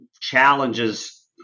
challenges